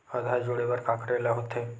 आधार जोड़े बर का करे ला होथे?